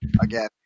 again